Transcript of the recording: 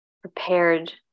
prepared